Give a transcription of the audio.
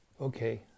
Okay